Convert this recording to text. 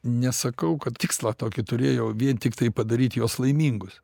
nesakau kad tikslą tokį turėjau vien tiktai padaryti juos laimingus